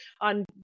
on